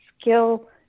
skill